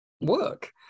work